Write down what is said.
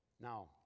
Now